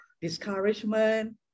discouragement